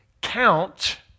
count